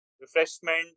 Refreshment